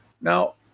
Now